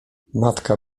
matka